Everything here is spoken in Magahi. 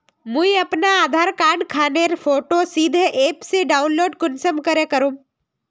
मुई अपना आधार कार्ड खानेर फोटो सीधे ऐप से डाउनलोड कुंसम करे करूम?